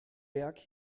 berg